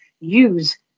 Use